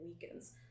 weakens